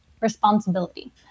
responsibility